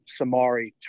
Samari